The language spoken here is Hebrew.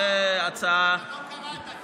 זו הצעה, לא קראת.